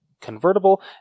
convertible